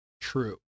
true